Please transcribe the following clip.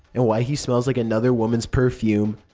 and why he smells like another woman's perfume.